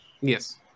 Yes